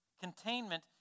Containment